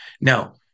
now